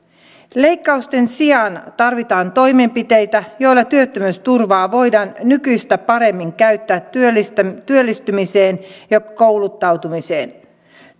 leikkausten sijaan tarvitaan toimenpiteitä joilla työttömyysturvaa voidaan nykyistä paremmin käyttää työllistymiseen ja kouluttautumiseen